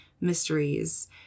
mysteries